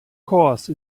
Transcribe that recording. course